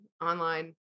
online